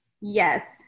Yes